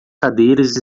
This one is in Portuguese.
cadeiras